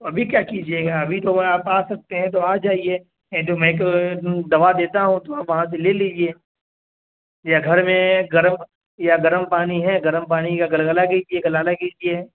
ابھی کیا کیجیے گا ابھی تو آپ آ سکتے ہیں تو آ جائیے دوا دیتا ہوں تو آپ وہاں سے لے لیجیے یا گھر میں گرم یا گرم پانی ہے گرم پانی کا گلگلا کیجیے گلالا کیجیے